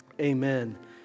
Amen